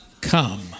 come